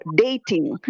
dating